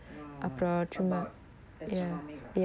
oh about astronomy lah